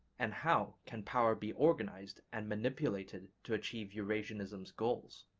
and how can power be organized and manipulated to achieve eurasianism's goals?